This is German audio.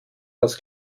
das